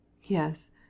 Yes